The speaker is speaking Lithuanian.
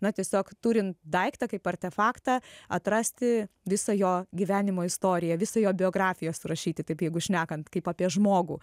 na tiesiog turint daiktą kaip artefaktą atrasti visą jo gyvenimo istoriją visą jo biografiją surašyti taip jeigu šnekant kaip apie žmogų